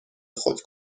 خود